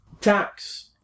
tax